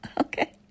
okay